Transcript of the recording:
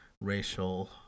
Racial